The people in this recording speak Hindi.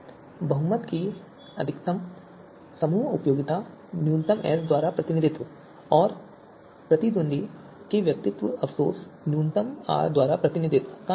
बहुमत की अधिकतम समूह उपयोगिता न्यूनतम एस द्वारा प्रतिनिधित्व और प्रतिद्वंद्वी के व्यक्तिगत अफसोस न्यूनतम आर द्वारा प्रतिनिधित्व का न्यूनतम